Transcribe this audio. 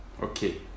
Okay